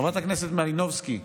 חברת הכנסת מלינובסקי,